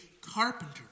carpenter